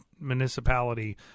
municipality